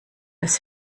das